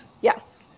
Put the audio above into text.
Yes